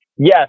Yes